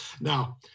Now